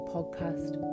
Podcast